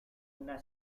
una